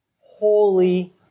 holy